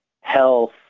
health